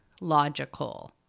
logical